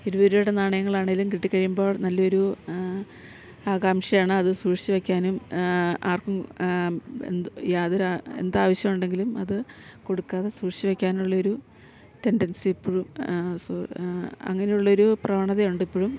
ഇരുപത് രൂപയുടെ നാണയങ്ങളാണെങ്കിലും കിട്ടി കഴിയുമ്പോൾ നല്ലൊരു ആകാംക്ഷയാണ് അത് സൂക്ഷിച്ചു വെക്കാനും ആർക്കും യാതൊരു എന്താവശ്യം ഉണ്ടെങ്കിലും അത് കൊടുക്കാതെ സൂക്ഷിച്ചു വെക്കാനുള്ള ഒരു ടെൻഡൻസി ഇപ്പോഴും സോ അങ്ങനെയുള്ളൊരു പ്രവണതയുണ്ടിപ്പോഴും